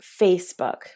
Facebook